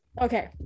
Okay